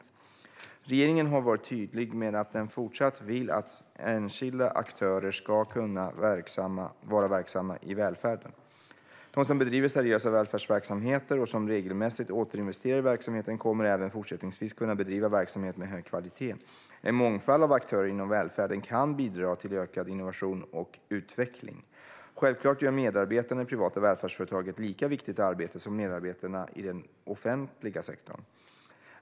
Regeringen har varit tydlig med att den även i fortsättningen vill att enskilda aktörer ska kunna vara verksamma i välfärden. De som bedriver seriösa välfärdsverksamheter och som regelmässigt återinvesterar i verksamheten kommer även fortsättningsvis att kunna bedriva verksamhet med hög kvalitet. En mångfald av aktörer inom välfärden kan bidra till ökad innovation och utveckling. Självklart gör medarbetarna i privata välfärdsföretag ett lika viktigt arbete som medarbetarna i den offentliga sektorn.